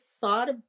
thought